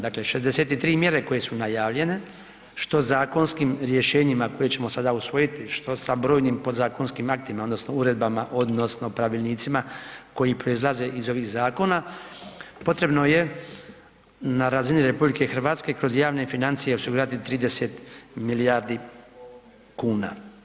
Dakle 63 mjere koje su najavljene što zakonskim rješenjima koje ćemo sada usvojiti, što sa brojnim podzakonskim aktima odnosno uredbama odnosno pravilnicima koji proizlaze iz ovih zakona, potrebno je na razini RH kroz javne financije osigurati 30 milijardi kuna.